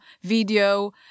video